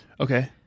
Okay